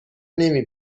نمی